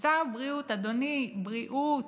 שר הבריאות, אדוני, בריאות,